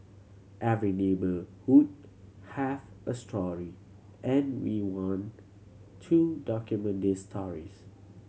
every neighbourhood has a story and we want to document these stories